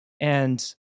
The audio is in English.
And-